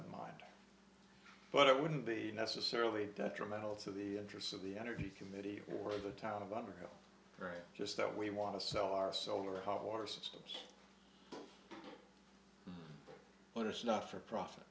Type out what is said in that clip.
in mind but it wouldn't be necessarily detrimental to the interests of the energy committee or the town of underhill just that we want to sell our solar hot water systems but it's not for profit